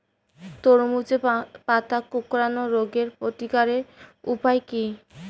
তরমুজের পাতা কোঁকড়ানো রোগের প্রতিকারের উপায় কী?